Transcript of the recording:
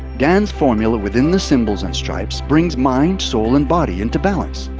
gans formula within the symbols and stripes springs mind, soul, and body into balance.